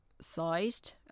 sized